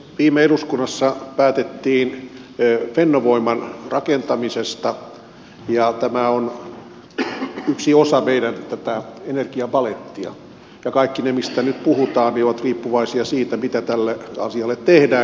viime eduskunnassa päätettiin fennovoiman rakentamisesta ja tämä on yksi osa tätä meidän energiapalettia ja kaikki ne mistä nyt puhutaan ovat riippuvaisia siitä mitä tälle asialle tehdään